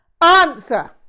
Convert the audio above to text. Answer